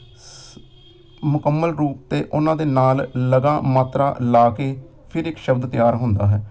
ਮੁਕੰਮਲ ਰੂਪ 'ਤੇ ਉਹਨਾਂ ਦੇ ਨਾਲ ਲਗਾਂ ਮਾਤਰਾ ਲਾ ਕੇ ਫਿਰ ਇੱਕ ਸ਼ਬਦ ਤਿਆਰ ਹੁੰਦਾ ਹੈ